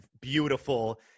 beautiful